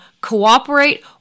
cooperate